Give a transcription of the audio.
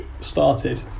started